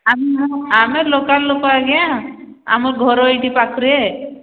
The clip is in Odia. ଆମ ଆମେ ଲୋକାଲ ଲୋକ ଆଜ୍ଞା ଆମ ଘର ଏଇଠି ପାଖରେ